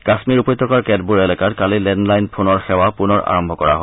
কাশ্মীৰ উপত্যকাৰ কেতবোৰ এলেকাত কালি লেণ্ডলাইন ফোনৰ সেৱা পুনৰ আৰম্ভ কৰা হয়